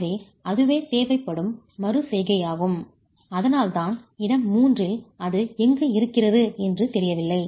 எனவே அதுவே தேவைப்படும் மறு செய்கையாகும் அதனால்தான் இடம் 3 இல் அது எங்கு இருக்கிறது என்று தெரியவில்லை